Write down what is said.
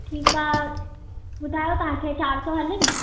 ठीकु आहे ॿुधायो तव्हांखे चारि सौ हलेनि